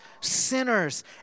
sinners